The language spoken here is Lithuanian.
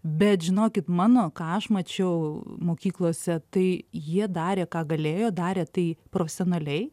bet žinokit mano ką aš mačiau mokyklose tai jie darė ką galėjo darė tai profesionaliai